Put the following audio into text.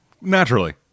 Naturally